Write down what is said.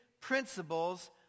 principles